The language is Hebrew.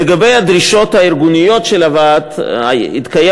לגבי הדרישות הארגוניות של הוועד: התקיים